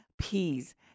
peas